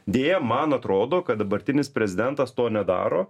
deja man atrodo kad dabartinis prezidentas to nedaro